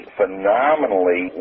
phenomenally